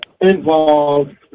involved